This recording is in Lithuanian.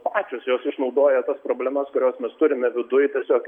pačios jos išnaudoja tas problemas kurias mes turime viduj tiesiog